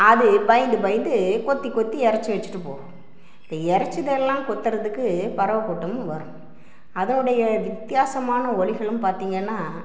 அது பயந்து பயந்து கொத்தி கொத்தி இறச்சு வச்சுட்டு போவும் இப்போ இறச்சதெல்லாம் கொத்தரதுக்கு பறவை கூட்டம் வரும் அதனுடைய வித்தியாசமான ஒலிகளும் பார்த்திங்கன்னா